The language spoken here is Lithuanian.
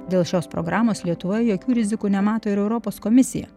dėl šios programos lietuvoje jokių rizikų nemato ir europos komisija